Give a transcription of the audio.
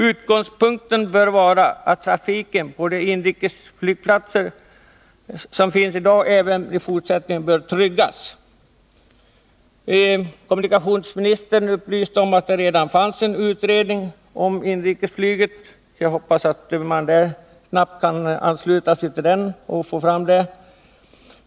Utgångspunkten bör vara att trafiken på de skilda inrikesflygplatserna även i fortsättningen tryggas.” Kommunikationsministern upplyste om att det redan finns en utredning om inrikesflyget, och jag hoppas att den snabbt skall kunna komma med ett resultat.